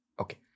Okay